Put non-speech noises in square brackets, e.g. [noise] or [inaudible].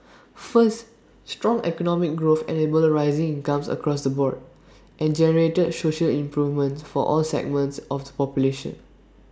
[noise] first strong economic growth enabled rising incomes across the board and generated social improvements for all segments of the population